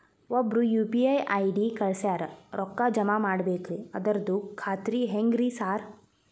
ಒಬ್ರು UPI ID ಕಳ್ಸ್ಯಾರ ರೊಕ್ಕಾ ಜಮಾ ಮಾಡ್ಬೇಕ್ರಿ ಅದ್ರದು ಖಾತ್ರಿ ಹೆಂಗ್ರಿ ಸಾರ್?